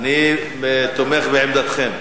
תומך בעמדתכם.